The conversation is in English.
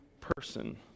person